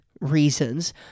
reasons